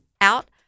out